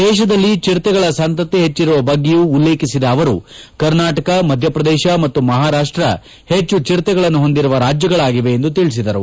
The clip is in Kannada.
ದೇಶದಲ್ಲಿ ಚಿರತೆಗಳ ಸಂತತಿ ಹೆಚ್ಚಿರುವ ಬಗ್ಗೆಯೂ ಉಲ್ಲೇಖಿಸಿದ ಅವರು ಕರ್ನಾಟಕ ಮಧ್ಯಪ್ರದೇಶ ಮತ್ತು ಮಹಾರಾಷ್ಟ ಹೆಚ್ಚು ಚಿರತೆಗಳನ್ನು ಹೊಂದಿರುವ ರಾಜ್ಯಗಳಾಗಿವೆ ಎಂದು ತಿಳಿಸಿದರು